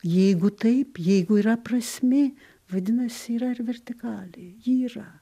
jeigu taip jeigu yra prasmė vadinasi yra ir vertikalė ji yra